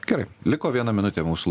gerai liko viena minutė mūsų